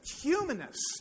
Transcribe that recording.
Humanists